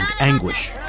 anguish